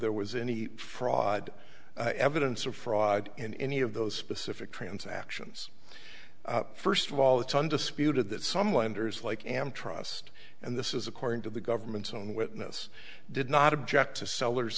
there was any fraud evidence of fraud in any of those specific transactions first of all it's undisputed that some lenders like am trust and this is according to the government's own witness did not object to sellers